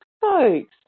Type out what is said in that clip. folks